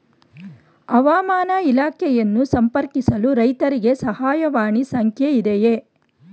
ಹವಾಮಾನ ಇಲಾಖೆಯನ್ನು ಸಂಪರ್ಕಿಸಲು ರೈತರಿಗೆ ಸಹಾಯವಾಣಿ ಸಂಖ್ಯೆ ಇದೆಯೇ?